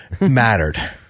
mattered